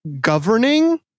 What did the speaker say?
governing